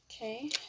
Okay